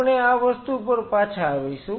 આપણે આ વસ્તુ પર પાછા આવીશું